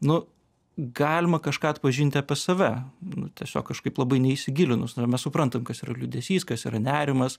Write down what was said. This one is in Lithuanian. nu galima kažką atpažinti apie save nu tiesiog kažkaip labai neįsigilinus mes suprantam kas yra liūdesys kas yra nerimas